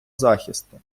захисту